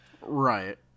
Right